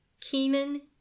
Keenan